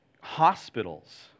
hospitals